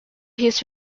his